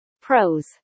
Pros